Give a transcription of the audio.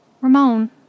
Ramon